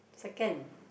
second